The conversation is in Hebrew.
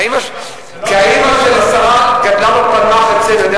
כי האמא של השרה גדלה בפלמ"ח אצלנו,